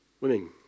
Women